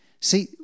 See